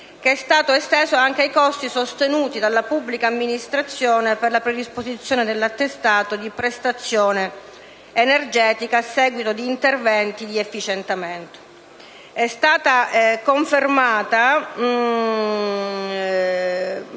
finanziaria - anche ai costi sostenuti dalla pubblica amministrazione per la predisposizione dell'attestato di prestazione energetica a seguito di interventi di efficientamento. È stata confermata